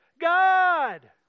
God